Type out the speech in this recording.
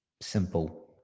Simple